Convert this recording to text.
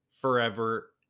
forever